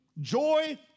joy